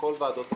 כל ועדות הכנסת.